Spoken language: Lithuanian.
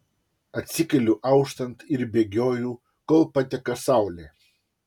atsikeliu auštant ir bėgioju kol pateka saulė